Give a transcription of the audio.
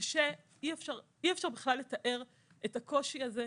אי אפשר בכלל לתאר את הקושי הזה,